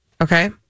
Okay